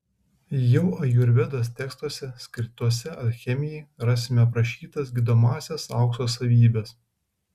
jau ajurvedos tekstuose skirtuose alchemijai rasime aprašytas gydomąsias aukso savybes